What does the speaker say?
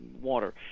water